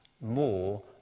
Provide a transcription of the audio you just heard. more